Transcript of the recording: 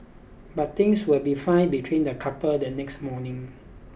but things would be fine between the couple the next morning